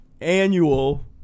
annual